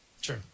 Sure